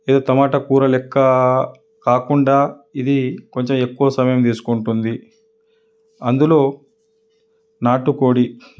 ఏదో టమాట కూర లెక్క కాకుండా ఇది కొంచెం ఎక్కువ సమయం తీసుకుంటుంది అందులో నాటుకోడి